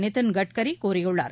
நிதின் கட்கரி கூறியுள்ளார்